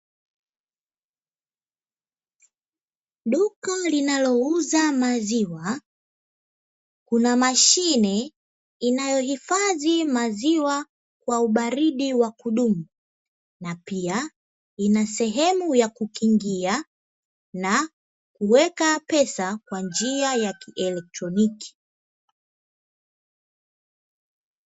Duka linalouza maziwa, kuna mashine inayohifadhi maziwa kwa ubaridi wa kudumu na pia ina sehemu ya kukingia, na kuweka pesa kwa njia ya kielektroniki.